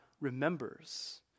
remembers